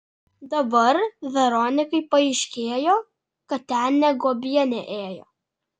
dabar veronikai paaiškėjo kad ten ne guobienė ėjo